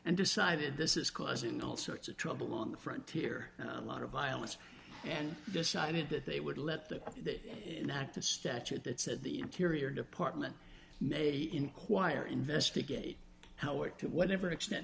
and decided this is causing all sorts of trouble on the frontier a lot of violence and decided that they would let them in at the statute that said the interior department may inquire investigate how it to whatever extent